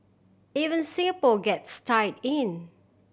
even Singapore gets tied in